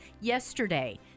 yesterday